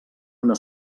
una